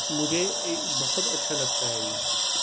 مجھے بہت اچھا لگتا ہے یہ